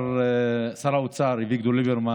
תודה רבה.